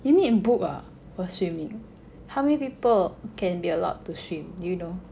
you need to book ah for swimming how many people can be allowed to swim do you know